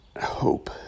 hope